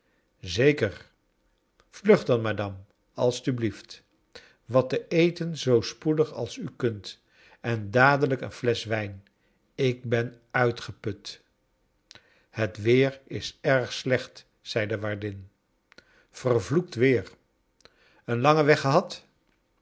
alstublieft wat te eten zoo spoedig als u kunt en dadelijk een ilesch wijn ik ben uitgeput het weer is erg slecht zei de waardin vervloekt weer een langen weg gehad